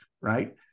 right